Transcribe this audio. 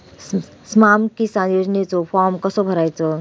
स्माम किसान योजनेचो फॉर्म कसो भरायचो?